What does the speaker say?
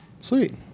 Sweet